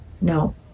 No